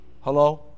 Hello